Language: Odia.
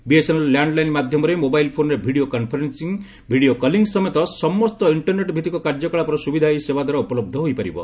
ବିଏସ୍ଏନ୍ଏଲ୍ ଲ୍ୟାଣ୍ଡ ଲାଇନ୍ ମାଧ୍ୟମରେ ମୋବାଇଲ୍ ଫୋନ୍ରେ ଭିଡ଼ିଓ କନ୍ଫରେନ୍ସିଂ ଭିଡ଼ିଓ କଲିଂ ସମେତ ସମସ୍ତ ଇଣ୍ଟରନେଟ୍ଭିତ୍ତିକ କାର୍ଯ୍ୟକଳାପର ସୁବିଧା ଏହି ସେବାଦ୍ୱାରା ଉପଲହ୍ଧ ହୋଇପାରିବ